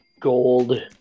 gold